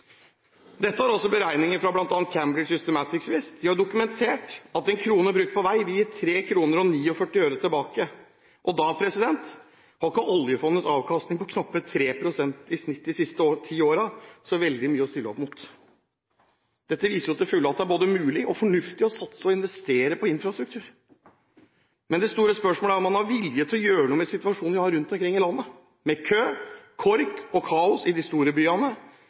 Dette viser til fulle at det er både mulig og fornuftig å satse på og investere i infrastruktur. Det store spørsmålet er om man har vilje til å gjøre noe med situasjonen vi har rundt omkring i landet – med kø, kork og kaos i de store byene.